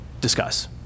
discuss